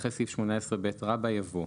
אחרי סעיף 18ב יבוא: